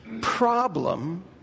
problem